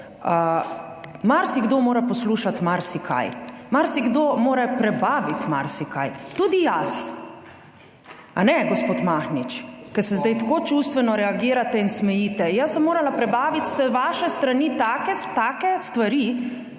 Marsikdo mora poslušati marsikaj, marsikdo mora prebaviti marsikaj, tudi jaz, kajne gospod Mahnič, ki zdaj tako čustveno reagirate in smejite. Jaz sem morala prebaviti z vaše strani take stvari,